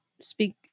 speak